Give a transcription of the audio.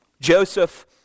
Joseph